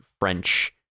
French